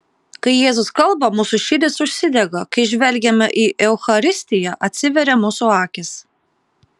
kai jėzus kalba mūsų širdys užsidega kai žvelgiame į eucharistiją atsiveria mūsų akys